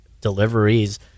Deliveries